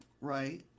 Right